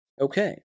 Okay